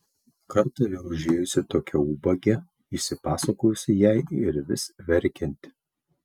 kartą vėl užėjusi tokia ubagė išsipasakojusi jai ir vis verkianti